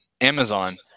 Amazon